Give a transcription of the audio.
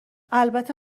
البته